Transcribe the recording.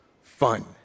fun